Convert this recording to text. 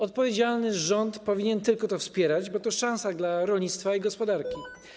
Odpowiedzialny rząd powinien tylko to wspierać, bo to szansa dla rolnictwa i gospodarki.